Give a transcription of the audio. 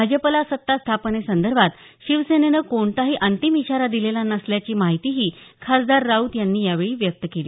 भाजपला सत्ता स्थापनेसंदर्भात शिवसेनेनं कोणताही अंतिम इशारा दिलेला नसल्याची माहितीही खासदार राऊत यांनी यावेळी दिली